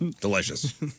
delicious